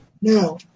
Now